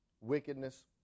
wickedness